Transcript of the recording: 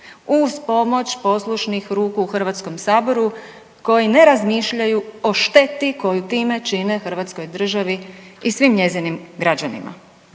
Uz pomoć poslušnih ruku u Hrvatskom saboru, koji ne razmišljaju o šteti koju time čine hrvatskoj državi i svim njezinim građanima.